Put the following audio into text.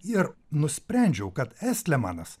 ir nusprendžiau kad estlemanas